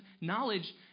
knowledge